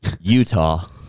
Utah